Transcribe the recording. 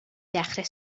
ddechrau